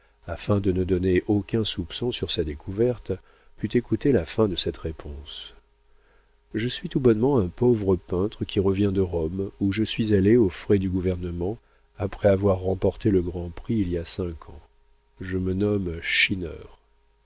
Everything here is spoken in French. afin de ne donner aucun soupçon sur sa découverte put écouter la fin de cette réponse je suis tout bonnement un pauvre peintre qui reviens de rome où je suis allé aux frais du gouvernement après avoir remporté le grand prix il y a cinq ans je me nomme